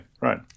right